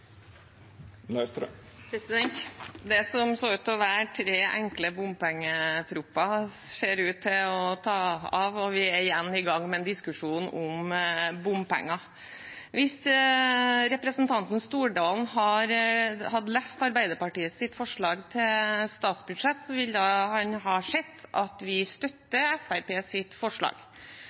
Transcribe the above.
Det som så ut til å være tre enkle bompengeproposisjoner, ser ut til å ta av, og vi er igjen i gang med en diskusjon om bompenger. Hvis representanten Stordalen hadde lest Arbeiderpartiets forslag til statsbudsjett, ville han ha sett at vi støtter Fremskrittspartiets forslag.